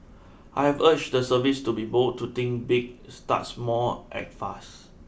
I've urged the service to be bold to think big start small act fast